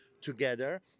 together